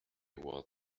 was